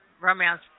romance